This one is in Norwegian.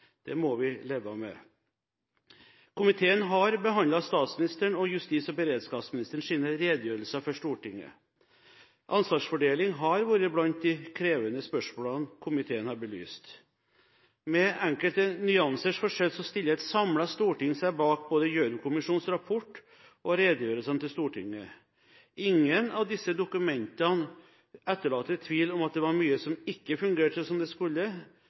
Det må vi leve med. Komiteen har behandlet statsministerens og justis- og beredskapsministerens redegjørelser for Stortinget. Ansvarsfordeling har vært blant de krevende spørsmålene komiteen har belyst. Med enkelte nyansers forskjell stiller et samlet storting seg bak både Gjørv-kommisjonens rapport og redegjørelsene til Stortinget. Ingen av disse dokumentene etterlater tvil om at det var mye som ikke fungerte som det skulle.